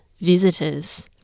visitors